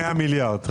100 מיליארד.